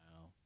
wow